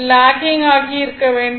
locking ஆகி இருக்க வேண்டும்